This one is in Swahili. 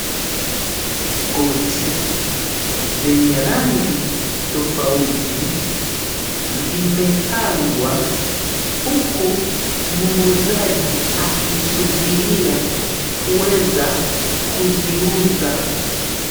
Koti zenye rangi tofauti zimepangwa huku mwuzaji akisubiria kuweza kuziuza.